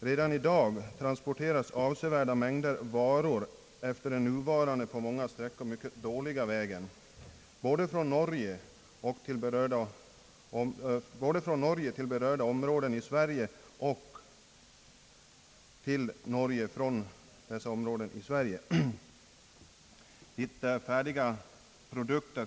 Redan i dag transporteras avsevärda mängder varor på den nuvarande, på många sträckor mycket dåliga vägen, både från Norge till berörda områden i Sverige och till Norge från dessa svenska områden.